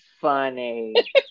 funny